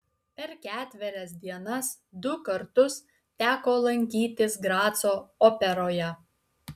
per ketverias dienas du kartus teko lankytis graco operoje